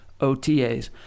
OTAs